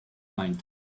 mind